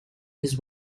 his